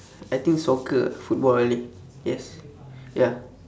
I think soccer ah football only yes ya